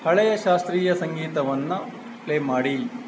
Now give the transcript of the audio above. ಹಳೆಯ ಶಾಸ್ತ್ರೀಯ ಸಂಗೀತವನ್ನು ಪ್ಲೇ ಮಾಡಿ